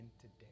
today